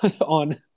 on